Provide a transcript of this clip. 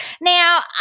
Now